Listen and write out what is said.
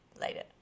later